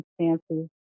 circumstances